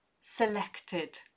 selected